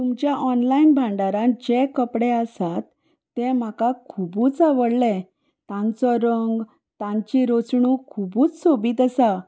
तुमच्या ऑनलायन भांडारान जे कपडे आसात ते म्हाका खुबूच आवडले तांचो रंग तांची रचणूक खुबूच सोबीत आसा